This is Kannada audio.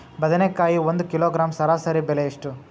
ಬದನೆಕಾಯಿ ಒಂದು ಕಿಲೋಗ್ರಾಂ ಸರಾಸರಿ ಬೆಲೆ ಎಷ್ಟು?